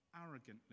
arrogantly